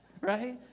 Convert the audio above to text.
right